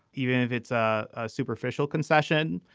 even if it's a superficial concession.